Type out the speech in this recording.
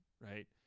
right